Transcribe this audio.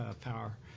power